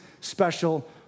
special